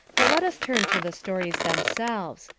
but let us turn to the stories themselves.